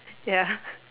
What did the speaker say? ya